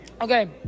Okay